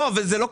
זה לא קשור.